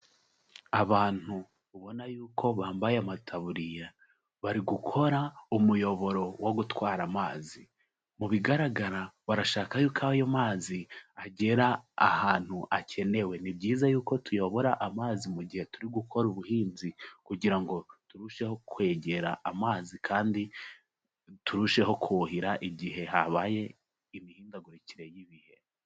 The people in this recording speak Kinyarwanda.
Abantu ubona yuko bambaye amataburiya bari gukora umuyoboro wo gutwara amazi, mu bigaragara barashaka yuko ayo mazi agera ahantu akenewe, ni byiza yuko tuyobora amazi mu gihe turi gukora ubuhinzi kugira ngo turusheho kwegera amazi kandi turusheho kuhira igihe habaye imihindagurikire y'ibihe.